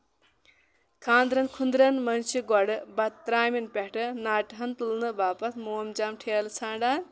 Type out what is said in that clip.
خانٛدرن کُندرن منٛز چھِ گۄڈٕ بتہٕ ترامین پٮ۪ٹھٕ ناٹہن تُلنہٕ باپَتھ مومجامہٕ ٹھیلہٕ ژھانٛڈان